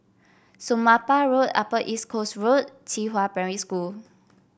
Somapah Road Upper East Coast Road and Qihua Primary School